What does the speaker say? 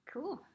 Cool